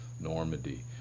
Normandy